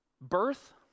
Birth